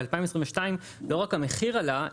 ב-2022 לא רק המחיר עלה,